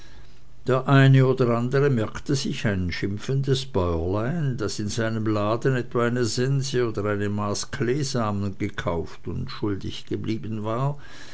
der eine oder andere merkte sich ein schimpfendes bäuerlein das in seinem laden etwa eine sense oder ein maß kleesamen gekauft und schuldig geblieben war